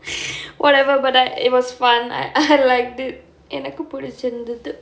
whatever but I it was fun I I liked it எனக்கு புடிச்சிருந்தது:enakku pudichchirunthathu